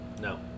no